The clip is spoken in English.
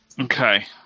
Okay